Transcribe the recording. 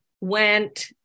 went